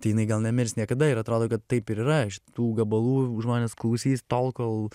tai jinai gal nemirs niekada ir atrodo kad taip ir yra šitų gabalų žmonės klausys tol kol